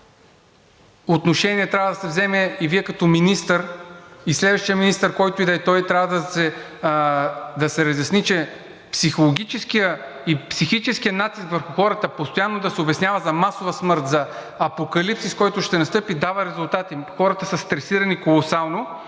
отношение трябва да се вземе – и Вие като министър, и следващият министър, който и да е той, да се разясни, че психологическият и психическият натиск върху хората постоянно да се обяснява за масова смърт, за апокалипсис, който ще настъпи, дава резултати – хората са стресирани колосално.